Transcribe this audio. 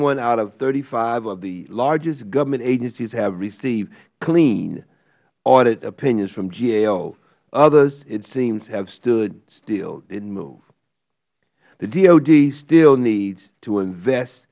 one out of thirty five of the largest government agencies have received clean audit opinions from gao others it seems have stood still didn't move the dod still needs to invest